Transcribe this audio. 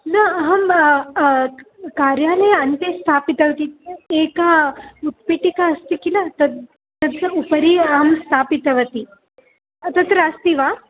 न अहं कार्यालये अन्ते स्थापितवती एका उत्पीटिका अस्ति किल तद् तस्य उपरि अहं स्थापितवती तत्र अस्ति वा